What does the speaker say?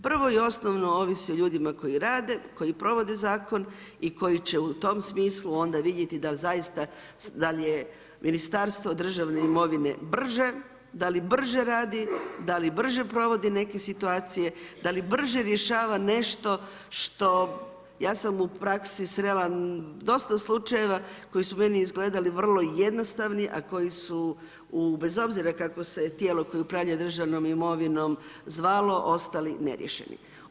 Prvo i osnovno ovisi o ljudima koji rade, koji provode zakon i koji će u tom smislu onda vidjeti da li je Ministarstvo državne imovine brže, da li brže radi, da li brže provodi neke situacije, da li brže rješava nešto što, ja sam u praksi srela dosta slučajeva koji su meni izgledali vrlo jednostavni a koji su bez obzira kako se tijelo koje upravlja državnom imovinom zvalo, ostali neriješeni.